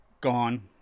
gone